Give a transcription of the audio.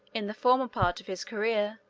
in the former part of his career,